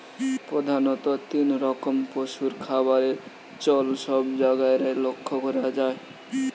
প্রধাণত তিন রকম পশুর খাবারের চল সব জায়গারে লক্ষ করা যায়